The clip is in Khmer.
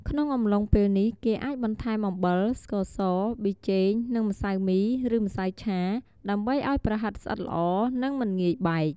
ក្នុងអំឡុងពេលនេះ គេអាចបន្ថែមអំបិល ស្ករស ប៊ីចេង និងម្សៅមី ឬម្សៅឆា ដើម្បីឱ្យប្រហិតស្អិតល្អ និងមិនងាយបែក។